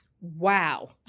wow